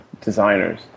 designers